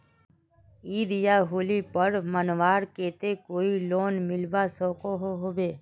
ईद या होली पर्व मनवार केते कोई लोन मिलवा सकोहो होबे?